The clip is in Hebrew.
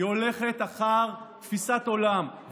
הולכת אחר תפיסת עולם,